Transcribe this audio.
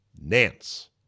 Nance